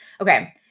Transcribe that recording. Okay